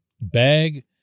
bag